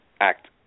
Act